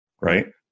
right